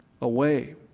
away